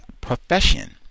profession